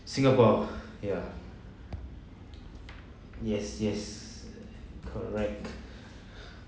singapore ya yes yes correct